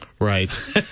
right